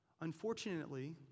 Unfortunately